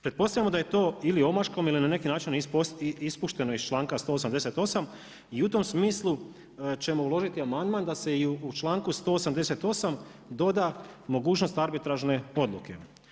Pretpostavljamo da je to ili omaškom ili na neki način ispušteno iz članka 188. i u tom smislu ćemo uložiti amandman da se i u članku 188. doda mogućnost arbitražne odluke.